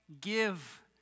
give